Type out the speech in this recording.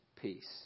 peace